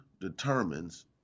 determines